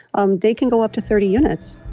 um they can go up to thirty units